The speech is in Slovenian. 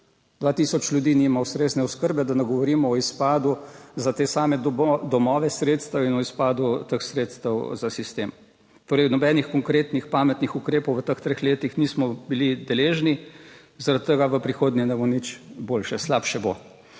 tisoč ljudi nima ustrezne oskrbe. Da ne govorimo o izpadu za te same domove sredstev in o izpadu teh sredstev za sistem. Torej, nobenih konkretnih pametnih ukrepov v teh treh letih nismo bili deležni. Zaradi tega v prihodnje ne bo nič boljše, slabše bo.